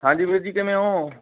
ਹਾਂਜੀ ਵੀਰ ਜੀ ਕਿਵੇਂ ਹੋ